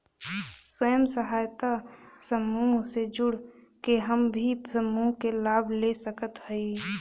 स्वयं सहायता समूह से जुड़ के हम भी समूह क लाभ ले सकत हई?